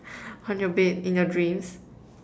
on your bed in your dreams